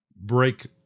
break